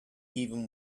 even